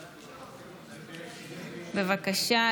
בבקשה.